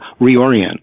reorient